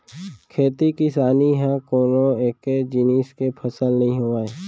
खेती किसानी ह कोनो एके जिनिस के फसल नइ होवय